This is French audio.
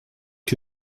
que